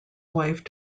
wife